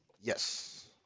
Yes